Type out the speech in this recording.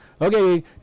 okay